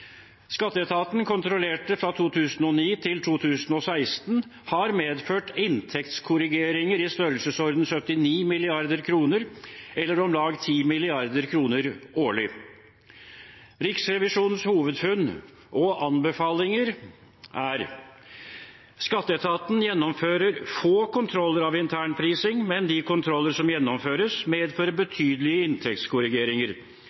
fra 2009 til 2016 har medført inntektskorrigeringer i størrelsesordenen 79 mrd. kr, eller om lag 10 mrd. kr årlig. Riksrevisjonens hovedfunn og anbefalinger er: Skatteetaten gjennomfører få kontroller av internprising, men de kontroller som gjennomføres, medfører